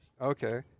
Okay